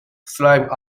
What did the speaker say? slime